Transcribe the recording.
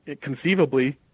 conceivably